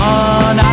on